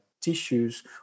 tissues